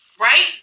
right